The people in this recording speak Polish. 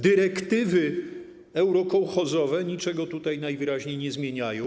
Dyrektywy eurokołchozowe niczego tutaj najwyraźniej nie zmieniają.